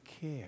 care